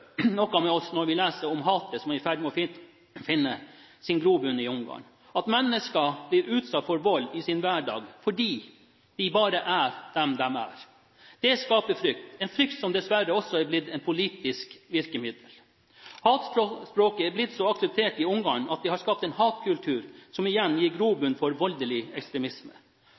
noe med oss når vi leser om hatet som er i ferd med å finne grobunn i Ungarn – at mennesker blir utsatt for vold i sin hverdag fordi de bare er det de er. Det skaper frykt – en frykt som dessverre også er blitt et politisk virkemiddel. Hatspråket er blitt så akseptert i Ungarn at det har skapt en hatkultur, som igjen gir grobunn for voldelig ekstremisme.